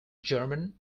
german